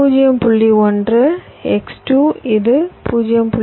1 x 2 இது 0